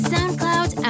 SoundCloud